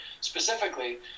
specifically